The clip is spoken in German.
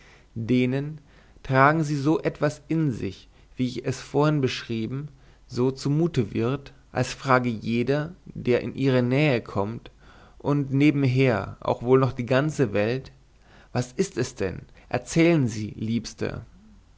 denen tragen sie etwas so in sich wie ich es vorhin beschrieben so zumute wird als frage jeder der in ihre nähe kommt und nebenher auch wohl noch die ganze welt was ist es denn erzählen sie liebster